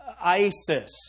ISIS